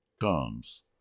comes